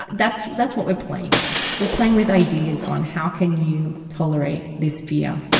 that's, that's what we're playing with. we're playing with ideas on how can you tolerate this fear.